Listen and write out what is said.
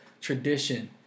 tradition